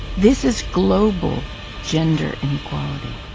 this is global gender inequality.